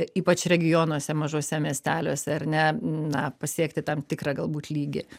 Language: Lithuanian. ypač regionuose mažuose miesteliuose ar ne na pasiekti tam tikrą galbūt lygį